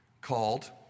called